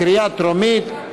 בקריאה טרומית.